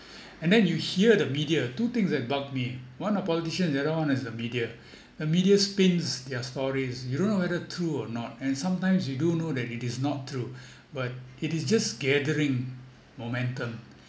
and then you hear the media two things that bugged me one the politician the other one is the media the media spins their stories you don't know whether true or not and sometimes you do know that it is not true but it is just gathering momentum